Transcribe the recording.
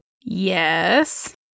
Yes